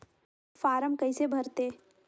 Form कइसे भरते?